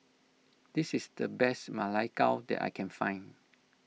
this is the best Ma Lai Gao that I can find